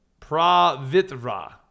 Pravitra